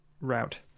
route